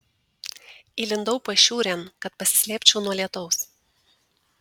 įlindau pašiūrėn kad pasislėpčiau nuo lietaus